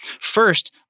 First